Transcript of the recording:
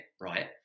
right